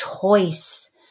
choice